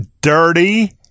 dirty